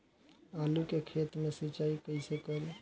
आलू के खेत मे सिचाई कइसे करीं?